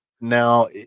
Now